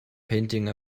painting